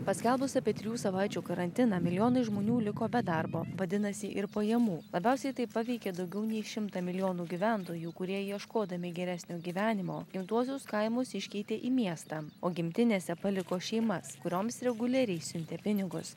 paskelbus apie trijų savaičių karantiną milijonai žmonių liko be darbo vadinasi ir pajamų labiausiai tai paveikė daugiau nei šimtą milijonų gyventojų kurie ieškodami geresnio gyvenimo gimtuosius kaimus iškeitė į miestą o gimtinėse paliko šeimas kurioms reguliariai siuntė pinigus